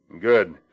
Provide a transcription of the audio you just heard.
Good